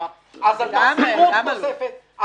תקופה אז הייתה עלות של שכירות נוספת.